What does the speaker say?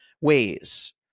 ways